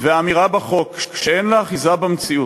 ואמירה בחוק, שאין לה אחיזה במציאות,